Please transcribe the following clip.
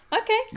Okay